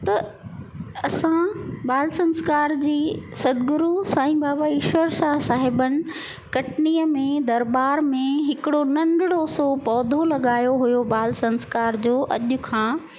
त असां बाल संस्कार जी सतगुरू साई बाबा ईश्वर शाह साहिबनि कटनीअ में दरबार में हिकिड़ो नंढिड़ो सो पौधो लॻायो हुओ बाल संस्कार जो अॼ खां